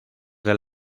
del